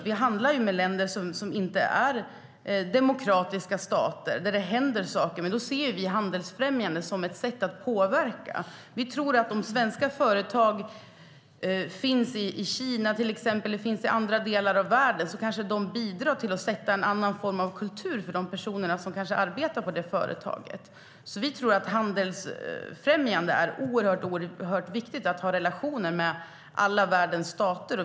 Vi handlar ju med länder som inte är demokratiska stater och där det händer saker. Men då ser vi handelsfrämjande som ett sätt att påverka. Vi tror därför att handelsfrämjande är oerhört viktigt för att kunna ha relationer med alla världens stater.